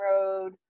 Road